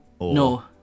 No